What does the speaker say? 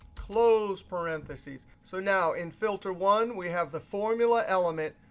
close parentheses. so now in filter one, we have the formula element,